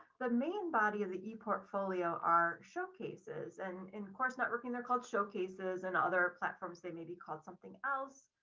the main body of the e portfolio are showcases and of course, networking. they're called showcases and other platforms they may be called something else.